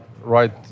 Right